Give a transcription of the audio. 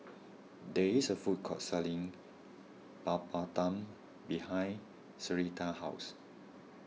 there is a food court selling Papadum behind Syreeta's house